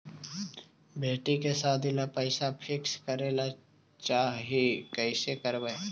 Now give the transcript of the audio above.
बेटि के सादी ल पैसा फिक्स करे ल चाह ही कैसे करबइ?